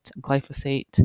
glyphosate